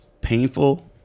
painful